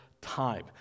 time